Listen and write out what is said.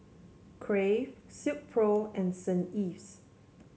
Crave Silkpro and Saint Ives